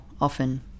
Often